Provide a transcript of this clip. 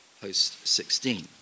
post-16